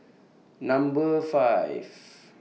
Number five